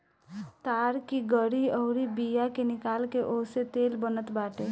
ताड़ की गरी अउरी बिया के निकाल के ओसे तेल बनत बाटे